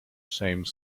same